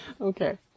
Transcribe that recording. Okay